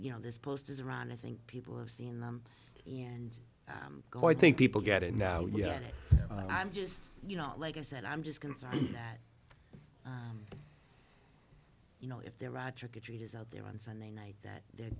you know this post is around i think people have seen them and go i think people get it now yeah i'm just you know like i said i'm just concerned that you know if they're out trick or treaters out there on sunday night that they're